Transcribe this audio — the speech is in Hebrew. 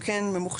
הוא כן ממוחשב.